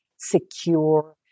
secure